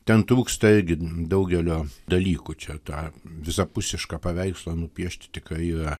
ten trūksta irgi daugelio dalykų čia tą visapusišką paveikslą nupiešti tikrai yra